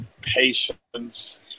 patience